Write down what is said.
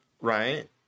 right